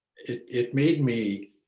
it it made me